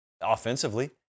offensively